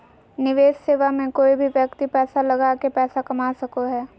निवेश सेवा मे कोय भी व्यक्ति पैसा लगा के पैसा कमा सको हय